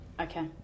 Okay